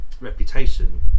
reputation